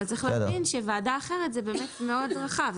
צריך להבין שוועדה אחרת זה מאוד רחב.